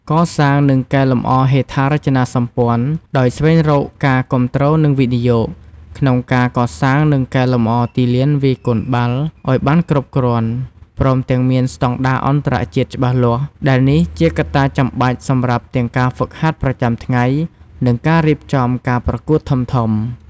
កសាង និងកែលម្អហេដ្ឋារចនាសម្ព័ន្ធ ដោយស្វែងរកការគាំទ្រនិងវិនិយោគ ក្នុងការកសាងនិងកែលម្អទីលានវាយកូនបាល់ឱ្យបានគ្រប់គ្រាន់ ព្រមទាំងមានស្តង់ដារអន្តរជាតិច្បាស់លាស់ ដែលនេះជាកត្តាចាំបាច់សម្រាប់ទាំងការហ្វឹកហាត់ប្រចាំថ្ងៃ និងការរៀបចំការប្រកួតធំៗ។